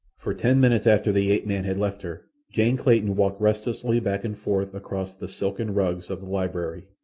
for ten minutes after the ape-man had left her jane clayton walked restlessly back and forth across the silken rugs of the library.